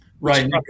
Right